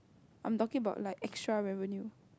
I'm talking about like extra revenue